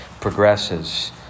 progresses